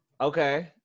Okay